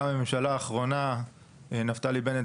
גם הממשלה האחרונה בראשית נפתלי בנט